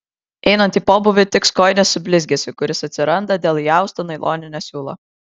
einant į pobūvį tiks kojinės su blizgesiu kuris atsiranda dėl įausto nailoninio siūlo